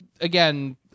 again